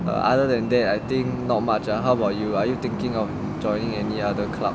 err other than that I think not much ah how about you are you thinking of joining any other club